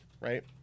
right